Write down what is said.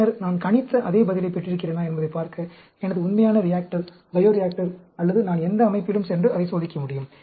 பின்னர் நான் கணித்த அதே பதிலைப் பெற்றிருக்கிறேனா என்பதைப் பார்க்க எனது உண்மையான ரியாக்டர் பையோரியாக்டர் அல்லது நான் எந்த அமைப்பிலும் சென்று அதைச் சோதிக்க முடியும்